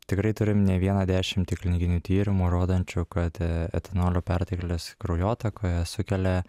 tikrai turim ne vieną dešimtį klinikinių tyrimų rodančių kad etanolio perteklius kraujotakoje sukelia